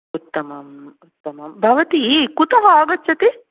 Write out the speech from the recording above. उत्तमम् उत्तमम् भवती कुतः आगच्छति